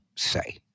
Say